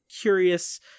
curious